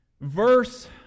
Verse